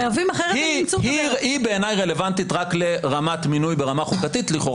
היא בעיניי רלוונטית רק לרמת מינוי ברמה חוקתית לכאורה